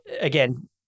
again